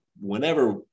whenever